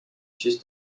siis